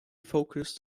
focused